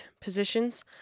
positions